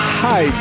hi